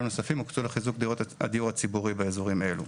נוספים הוקצו לחיזוק הדיור הציבורי באזורים אלו.